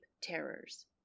terrors